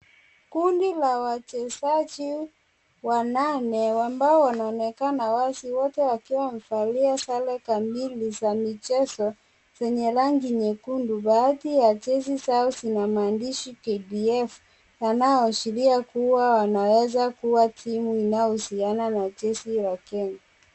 Kundi la wachezaji wanane ambao wanaonekana wazi wote wakiwa wamevalia sare kamili za michezo zenye rangi nyekundu baadhi ya jezi zao zina maandishi KDF yanayoashiria kuwa wanaweza kuwa timu inayohusiana na jeshi la Kenya.